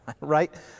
Right